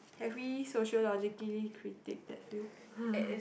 can we sociologically critique that field